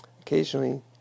Occasionally